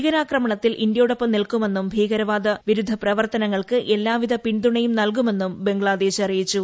ഭീകരാക്രമമത്തിൽ ഇന്ത്യയോടൊപ്പം നിൽക്കുമെന്നും തീവ്രവാദ വിരുദ്ധ പ്രവർത്തനങ്ങൾക്ക് എല്ലാ പിന്തുണയും നൽകുമെന്നും ബംഗ്ലാദേശ് അറിയിച്ചു